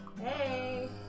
Hey